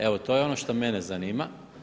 Evo, to je on što mene zanima.